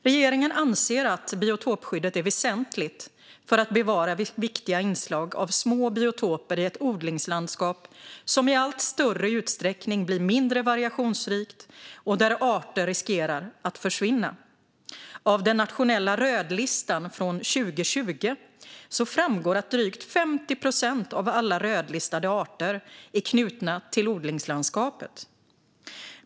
Regeringen anser att biotopskyddet är väsentligt för att bevara viktiga inslag av små biotoper i ett odlingslandskap som i allt större utsträckning blir mindre variationsrikt och där arter riskerar att försvinna. Av den nationella rödlistan från 2020 framgår att drygt 50 procent av alla rödlistade arter är knutna till odlingslandskapet.